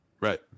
Right